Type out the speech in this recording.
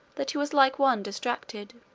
that he was like one distracted.